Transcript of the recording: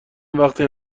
وقتی